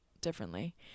differently